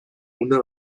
una